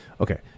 okay